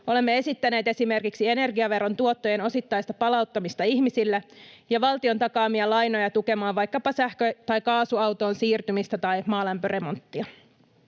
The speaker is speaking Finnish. Olemme esittäneet esimerkiksi energiaveron tuottojen osittaista palauttamista ihmisille ja valtion takaamia lainoja tukemaan vaikkapa sähkö- tai kaasuautoon siirtymistä tai maalämpöremonttia.